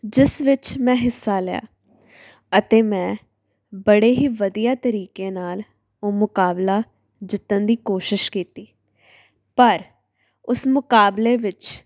ਜਿਸ ਵਿੱਚ ਮੈਂ ਹਿੱਸਾ ਲਿਆ ਅਤੇ ਮੈਂ ਬੜੇ ਹੀ ਵਧੀਆ ਤਰੀਕੇ ਨਾਲ ਉਹ ਮੁਕਾਬਲਾ ਜਿੱਤਣ ਦੀ ਕੋਸ਼ਿਸ਼ ਕੀਤੀ ਪਰ ਉਸ ਮੁਕਾਬਲੇ ਵਿੱਚ